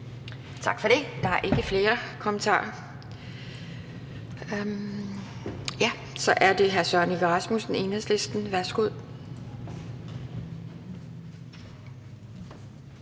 Tak for det. Der er ikke flere kommentarer. Så er det hr. Søren Egge Rasmussen, Enhedslisten. Værsgo.